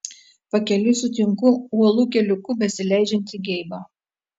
pakeliui sutinku uolų keliuku besileidžiantį geibą